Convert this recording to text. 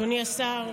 אדוני השר,